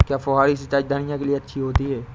क्या फुहारी सिंचाई धनिया के लिए अच्छी होती है?